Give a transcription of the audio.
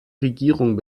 regierung